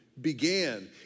began